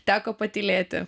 teko patylėti